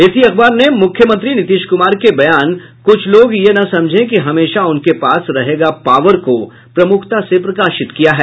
इसी अखबार ने मुख्यमंत्री नीतीश कुमार के बयान कुछ लोग यह न समझें कि हमेशा उनके पास रहेगा पावर को प्रमुखता से प्रकाशित किया है